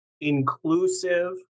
inclusive